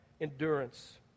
endurance